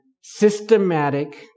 systematic